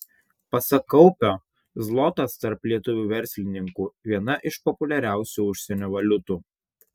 pasak kaupio zlotas tarp lietuvių verslininkų viena iš populiariausių užsienio valiutų